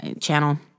Channel